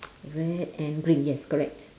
red and green yes correct